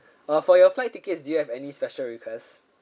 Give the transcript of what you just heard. uh for your flight tickets do you have any special requests